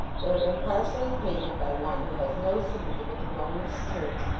they are impartially painted by one who has no sympathy with the romish church,